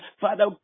Father